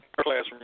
classroom